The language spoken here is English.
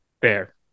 Fair